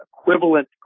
equivalent